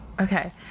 Okay